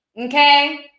okay